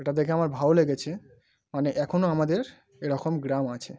ওটা দেখে আমার ভালো লেগেছে মানে এখনও আমাদের এরকম গ্রাম আছে